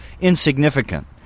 insignificant